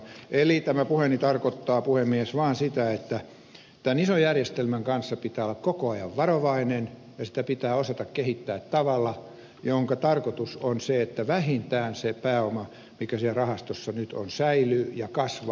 eli tämä puheeni tarkoittaa puhemies vaan sitä että tämän ison järjestelmän kanssa pitää olla koko ajan varovainen ja sitä pitää osata kehittää tavalla jonka tarkoitus on se että vähintään se pääoma mikä siellä rahastossa nyt on säilyy ja kasvaa